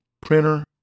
printer